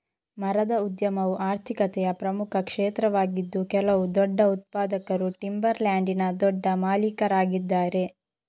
ಮರದ ಉದ್ಯಮವು ಆರ್ಥಿಕತೆಯ ಪ್ರಮುಖ ಕ್ಷೇತ್ರವಾಗಿದ್ದು ಕೆಲವು ದೊಡ್ಡ ಉತ್ಪಾದಕರು ಟಿಂಬರ್ ಲ್ಯಾಂಡಿನ ದೊಡ್ಡ ಮಾಲೀಕರಾಗಿದ್ದಾರೆ